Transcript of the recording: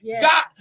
god